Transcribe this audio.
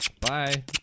Bye